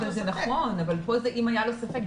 זה נכון אבל כאן זה אם היה לו ספק.